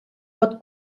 pot